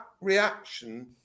reaction